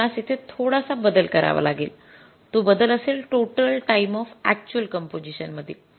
तर आपणास येथे थोडासा बदल करावा लागेल तो बदल असेल total time of actual composition मधील